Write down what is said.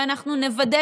ואנחנו נוודא